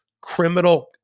criminal